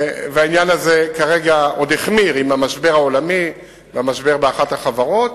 והעניין הזה כרגע עוד החמיר עם המשבר העולמי והמשבר באחת החברות.